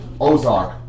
ozark